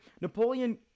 Napoleon